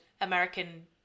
American